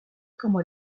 como